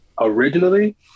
originally